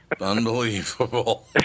Unbelievable